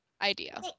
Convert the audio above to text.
idea